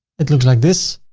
it looks like this.